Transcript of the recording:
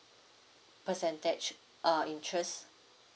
percentage uh interest